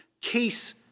case